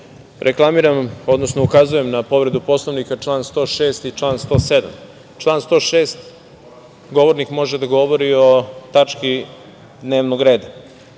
reklamiram, odnosno ukazujem na povredu Poslovnika član 106. i član 107.Član 106. – govornik može da govori o tački dnevnog reda. Mi